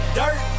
dirt